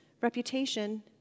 reputation